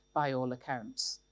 by all accounts.